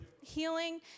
Healing